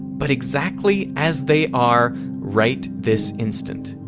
but exactly as they are right this instant.